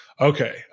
okay